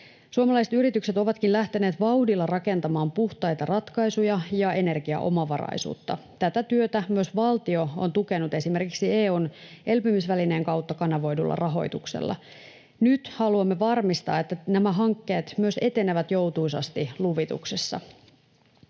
Suomalaiset yritykset ovatkin lähteneet vauhdilla rakentamaan puhtaita ratkaisuja ja energiaomavaraisuutta. Tätä työtä myös valtio on tukenut esimerkiksi EU:n elpymisvälineen kautta kanavoidulla rahoituksella. Nyt haluamme varmistaa, että nämä hankkeet myös etenevät joutuisasti luvituksessa.